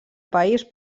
país